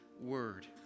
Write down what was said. word